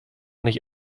nicht